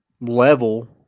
level